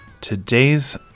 Today's